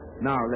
Now